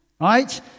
Right